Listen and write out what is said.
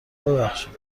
ببخشید